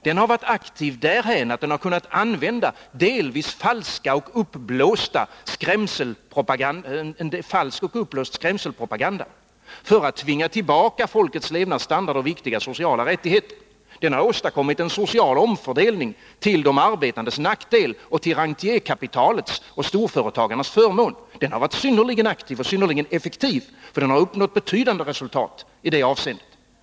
Den har varit aktiv därhän att den kunnat använda en delvis falsk och uppblåst skrämselpropaganda för att tvinga tillbaka folkets levnadsstandard och viktiga sociala rättigheter. Den har åstadkommit en social omfördelning till de arbetandes nackdel och till rentierkapitalets och storföretagarnas förmån. Den har varit synnerligen aktiv och synnerligen effektiv, för den har uppnått betydande resultat i det avseendet.